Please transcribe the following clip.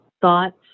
thoughts